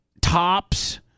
Tops